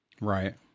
Right